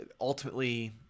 ultimately